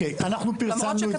אנחנו פרסמנו את זה.